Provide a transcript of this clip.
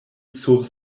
sur